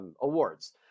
Awards